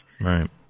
Right